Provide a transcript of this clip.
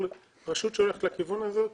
כל רשות שהולכת לכיוון הזה,